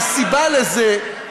הסיבה לזה,